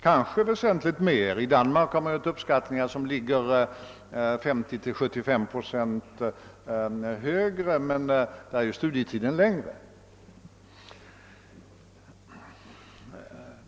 Kanske är beloppet väsentligt högre; i Danmark har man gjort uppskattningar som ligger mellan 50 och 75 procent högre, men där är ju studietiden längre.